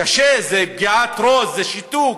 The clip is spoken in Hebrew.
קשה זה פגיעת ראש, זה שיתוק,